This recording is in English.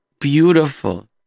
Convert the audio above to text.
beautiful